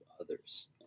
others